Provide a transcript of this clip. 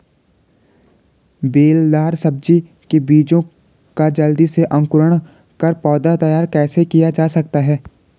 बेलदार सब्जी के बीजों का जल्दी से अंकुरण कर पौधा तैयार कैसे किया जा सकता है?